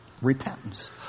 Repentance